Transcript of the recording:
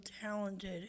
talented